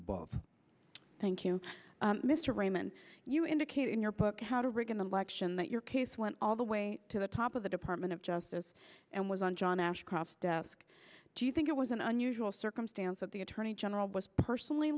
above thank you mr raman you indicate in your book how to rig an election that your case went all the way to the top of the department of justice and was on john ashcroft desk do you think it was an unusual circumstance that the attorney general was personally